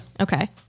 Okay